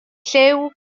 lliw